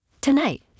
Tonight